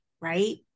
Right